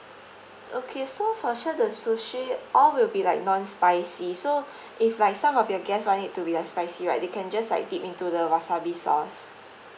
okay so for sure the sushi all will be like non-spicy so if like some of your guest want it to be a spicy right they can just like dip into the wasabi sauce